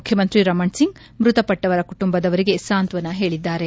ಮುಖ್ಯಮಂತ್ರಿ ರಮಣ್ಸಿಂಗ್ ಮೃತಪಟ್ಟವರ ಕುಟುಂಬದವರಿಗೆ ಸಾಂತ್ವನ ಹೇಳಿದ್ದಾರೆ